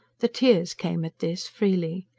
the tears came at this, freely.